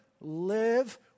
live